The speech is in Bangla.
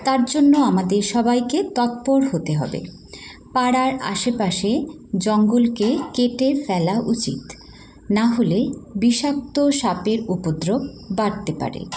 তার জন্য আমাদের সবাইকে তৎপর হতে হবে পাড়ার আশেপাশে জঙ্গলকে কেটে ফেলা উচিত না হলে বিষাক্ত সাপের উপদ্রব বাড়তে পারে